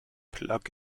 plug